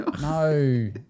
No